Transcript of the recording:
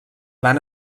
van